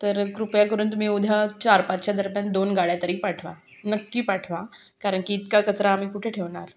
तर कृपया करून तुम्ही उद्या चार पाचच्या दरम्यान दोन गाड्या तरी पाठवा नक्की पाठवा कारण की इतका कचरा आम्ही कुठे ठेवणार